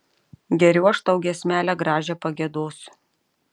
geriau aš tau giesmelę gražią pagiedosiu